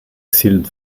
sealed